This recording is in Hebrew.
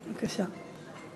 בבקשה.